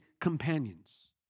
companions